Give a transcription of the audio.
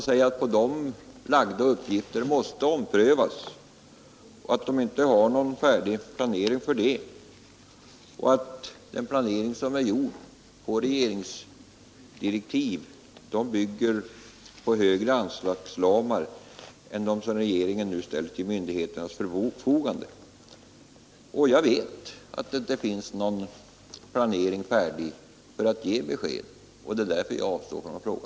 De säger att på dem lagda uppgifter 6 december 1972 De säger också att den planering som är gjord på regeringsdirektiv bygger = på högre anslagsramar än dem regeringen nu ställt till myndigheternas Riksdagen och 2 förfogande. Jag vet att någon planering inte finns färdig för att ge besked, försvarsplaneringen och därför avstod jag från att fråga